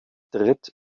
dritt